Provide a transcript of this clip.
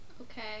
Okay